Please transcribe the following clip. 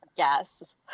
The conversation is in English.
Yes